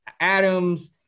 Adams